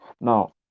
now